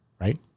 right